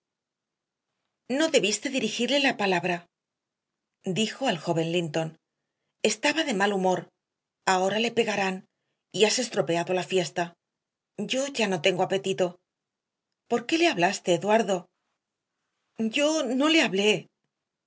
no debiste dirigirle la palabra dijo al joven linton estaba de mal humor ahora le pegarán y has estropeado la fiesta yo ya no tengo apetito por qué le hablaste eduardo yo no le hablé